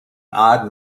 odd